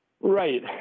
Right